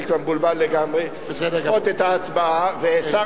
אני כבר מבולבל לגמרי, לדחות את ההצבעה, ושר